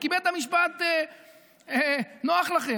כי בית המשפט נוח לכם.